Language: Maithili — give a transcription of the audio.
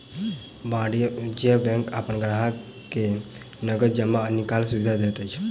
वाणिज्य बैंक अपन ग्राहक के नगद जमा आ निकालैक सुविधा दैत अछि